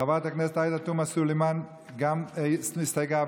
חברת הכנסת עאידה תומא סלימאן גם היא הסתייגה,